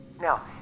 Now